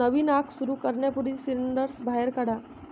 नवीन आग सुरू करण्यापूर्वी सिंडर्स बाहेर काढा